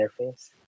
interface